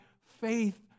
faith